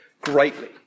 greatly